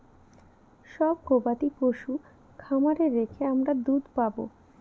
সব গবাদি পশু খামারে রেখে আমরা দুধ পাবো